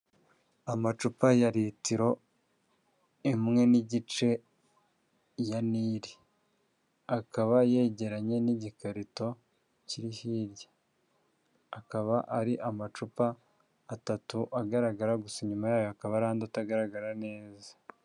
Amacupa ya litiro imwe n'igice ya Nili, akaba yegeranye n'igikarito kiri hirya, akaba ari amacupa atatu agaragara, gusa inyuma yayo hakaba hari andi atagaragara neza.